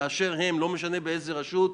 לא משנה באיזו רשות,